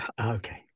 Okay